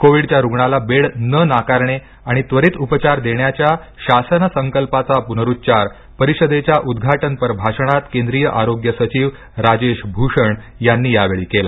कोविडच्या रुग्णाला बेड न नाकारणे आणि त्वरित उपचार देण्याच्या शासन संकल्पाचा पुनरुच्चार परिषदेच्या उद्घाटनपर भाषणात केंद्रीय आरोग्य सचिव राजेश भूषण यांनी केला